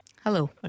Hello